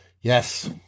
Yes